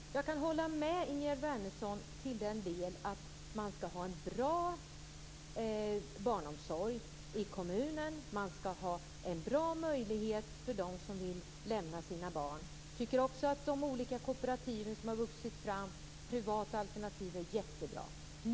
Fru talman! Jag kan hålla med Ingegerd Wärnersson i den delen att det skall finnas en bra barnomsorg i kommunen och en bra möjlighet för dem som vill lämna sina barn. Jag tycker också att de olika kooperativ och privata alternativ som har vuxit fram är jättebra.